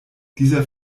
dieser